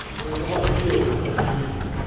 there is a whole field of such images.